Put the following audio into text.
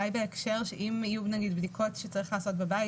אם יהיו בדיקות שצריך לעשות בבית,